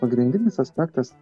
pagrindinis aspektas